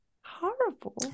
horrible